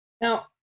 Now